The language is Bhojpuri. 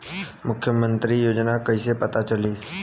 मुख्यमंत्री योजना कइसे पता चली?